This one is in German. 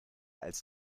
als